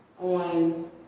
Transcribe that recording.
on